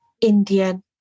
Indian